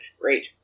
great